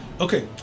Okay